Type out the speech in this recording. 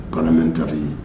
Parliamentary